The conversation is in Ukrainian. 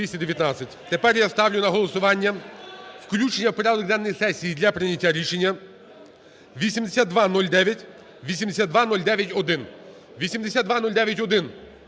Тепер я ставлю на голосування включення в порядок денний сесії для прийняття рішення 8209, 8209-1.